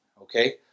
Okay